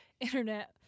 internet